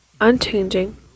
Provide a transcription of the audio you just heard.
unchanging